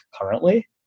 currently